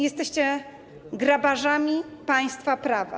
Jesteście grabarzami państwa prawa.